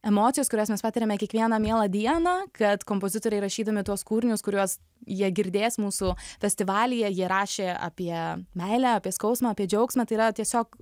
emocijos kurias mes patiriame kiekvieną mielą dieną kad kompozitoriai rašydami tuos kūrinius kuriuos jie girdės mūsų festivalyje jie rašė apie meilę apie skausmą apie džiaugsmą tai yra tiesiog